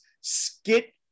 skit